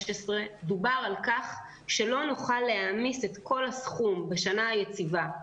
דובר על כך שלא נוכל להעמיס את כל הסכום בשנה היציבה,